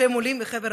שהם עולים מחבר העמים.